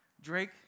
Drake